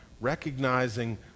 recognizing